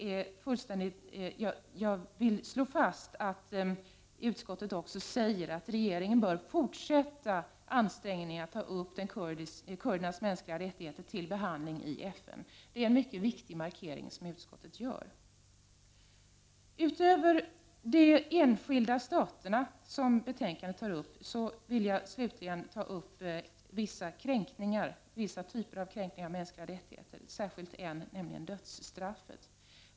Jag vill slå fast att utskottet också säger att regeringen bör fortsätta ansträngningarna att ta upp frågan om kurdernas mänskliga rättigheter till behandling i FN. Det är en mycket viktig markering som utskottet gör. Utöver enskilda stater tar betänkandet upp vissa typer av kränkningar av mänskliga rättigheter, speciellt dödsstraffet.